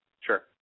sure